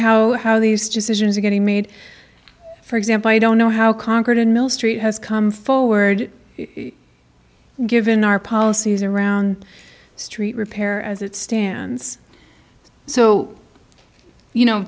how how these decisions are getting made for example i don't know how conquered in mill street has come forward given our policies around st repair as it stands so you know